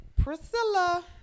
Priscilla